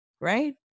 right